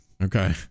Okay